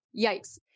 Yikes